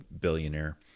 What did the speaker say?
billionaire